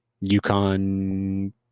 yukon